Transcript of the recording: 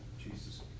Jesus